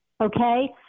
okay